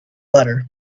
letter